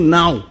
now